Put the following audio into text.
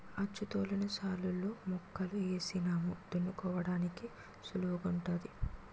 అచ్చుతోలిన శాలులలో మొక్కలు ఏసినాము దున్నుకోడానికి సుళువుగుంటాది